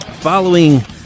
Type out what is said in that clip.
Following